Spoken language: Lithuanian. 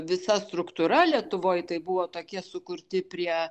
visa struktūra lietuvoj tai buvo tokie sukurti prie